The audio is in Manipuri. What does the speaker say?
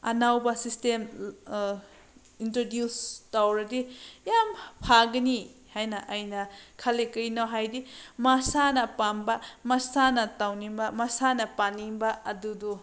ꯑꯅꯧꯕ ꯁꯤꯁꯇꯦꯝ ꯏꯟꯇ꯭ꯔꯗ꯭ꯌꯨꯁ ꯇꯧꯔꯗꯤ ꯌꯥꯝ ꯐꯥꯒꯅꯤ ꯍꯥꯏꯅ ꯑꯩꯅ ꯈꯜꯂꯤ ꯀꯩꯒꯤꯅꯣ ꯍꯥꯏꯔꯗꯤ ꯃꯁꯥꯅ ꯄꯥꯝꯕ ꯃꯁꯥꯅ ꯇꯧꯅꯤꯡꯕ ꯃꯁꯥꯅ ꯄꯥꯅꯤꯡꯕ ꯑꯗꯨꯗꯣ